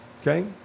Okay